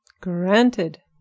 Granted